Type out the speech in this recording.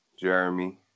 Jeremy